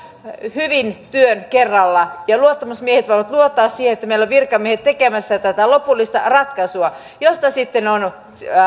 hyvin työn ja luottamusmiehet voivat luottaa siihen että meillä ovat virkamiehet tekemässä tätä lopullista ratkaisua josta sitten on